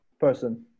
person